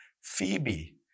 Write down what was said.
Phoebe